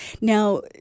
Now